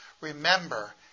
Remember